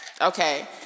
Okay